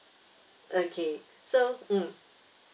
okay so